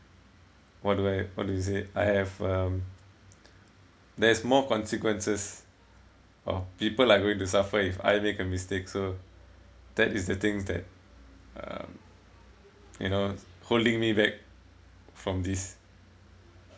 what do I what do you say I have um there's more consequences of people are going to suffer if I make a mistake so that is the things that um you know holding me back from this